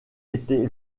été